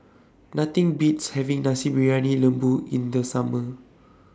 Nothing Beats having Nasi Briyani Lembu in The Summer